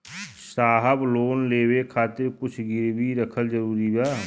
साहब लोन लेवे खातिर कुछ गिरवी रखल जरूरी बा?